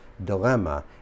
dilemma